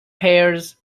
pairs